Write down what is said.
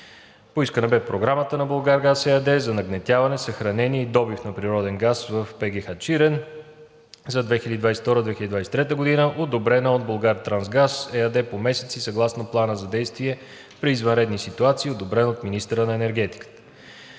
Поискана бе програма на „Булгаргаз“ ЕАД за нагнетяване, съхранение и добив на природен газ в ПГХ „Чирен“ за 2022 – 2023 г., одобрена от „Булгартрансгаз“ ЕАД по месеци съгласно Плана за действие при извънредни ситуации, одобрен от министъра на енергетиката.